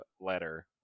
letter